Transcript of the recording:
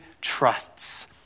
trusts